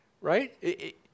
right